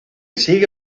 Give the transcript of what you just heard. sigue